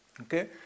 Okay